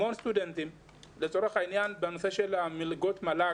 המון סטודנטים שפנו בשנה שעברה בנושא מלגות המל"ג,